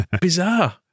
bizarre